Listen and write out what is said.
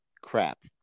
crap